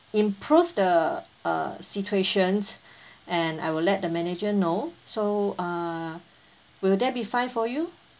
improve the uh situations and I will let the manager know so err will that be fine for you